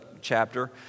chapter